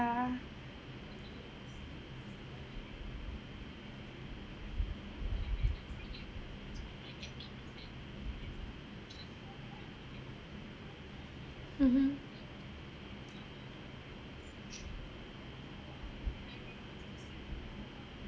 mmhmm